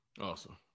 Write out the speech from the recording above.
Awesome